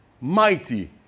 mighty